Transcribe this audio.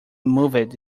moved